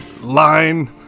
Line